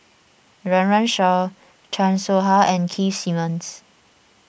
Run Run Shaw Chan Soh Ha and Keith Simmons